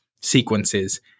sequences